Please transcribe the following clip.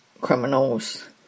criminals